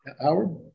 Howard